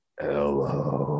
Hello